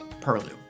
Perlu